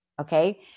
okay